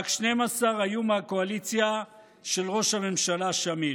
רק 12 היו מהקואליציה של ראש הממשלה שמיר.